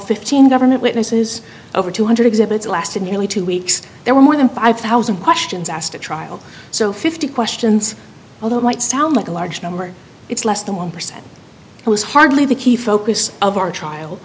fifteen government witnesses over two hundred exhibits lasted nearly two weeks there were more than five thousand questions asked a trial so fifty questions although it might sound like a large number it's less than one percent it was hardly the key focus of our